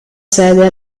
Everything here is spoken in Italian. sede